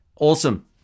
Awesome